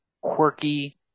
quirky